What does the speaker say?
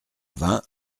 vingt